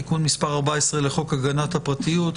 תיקון מס' 14 לחוק הגנת הפרטיות.